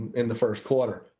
in the first quarter.